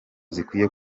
zikwiye